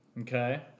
Okay